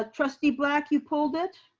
ah trustee black you pulled it?